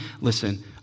listen